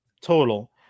total